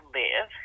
live